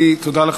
תודה לך.